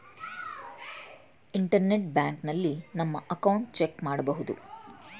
internet ಬ್ಯಾಂಕಿನಲ್ಲಿ ನಮ್ಮ account check ಮಾಡಬಹುದು